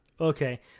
Okay